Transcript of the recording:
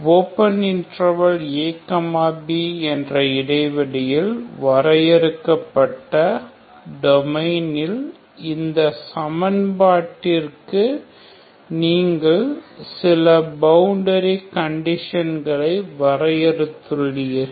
a b என்ற இடைவெளியில் வரையறுக்கப்பட்ட டோமைனில் இந்த சமன்பாட்டிற்கு நீங்கள் சில பவுண்டரி கண்டிசன்களை வரையறுத்துள்ளீர்கள்